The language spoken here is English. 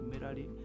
Merari